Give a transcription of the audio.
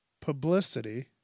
Publicity